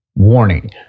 Warning